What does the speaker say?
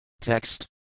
Text